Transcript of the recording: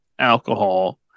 alcohol